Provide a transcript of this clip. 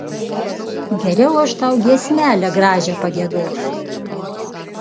geriau aš tau giesmelę gražią pagiedosiu